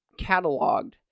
cataloged